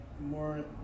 more